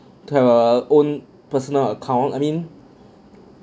to have a own personal account I mean